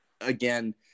again